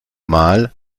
mal